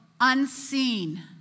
unseen